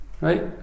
Right